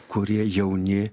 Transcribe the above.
kurie jauni